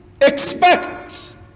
expect